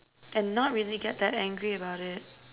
and not really get that angry about it